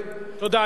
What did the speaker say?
תודה.